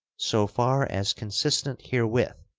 so far as consistent herewith,